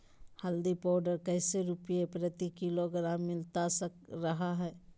हल्दी पाउडर कैसे रुपए प्रति किलोग्राम मिलता रहा है?